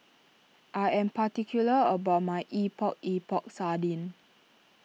I am particular about my Epok Epok Sardin